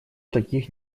таких